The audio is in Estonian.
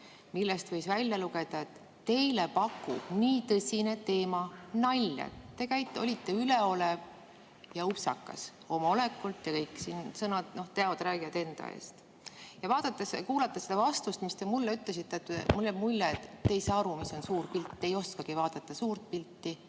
Sellest võis välja lugeda, et teile pakub nii tõsine teema nalja. Te olite üleolev ja upsakas oma olekult, kõik sõnad ja teod räägivad enda eest. Kuulates seda vastust, mis te mulle ütlesite, mulle jääb mulje, et te ei saa aru, mis on suur pilt. Te ei oskagi vaadata suurt pilti